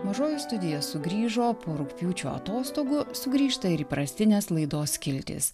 mažoji studija sugrįžo po rugpjūčio atostogų sugrįžta ir įprastinės laidos skiltys